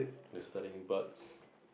the studying parts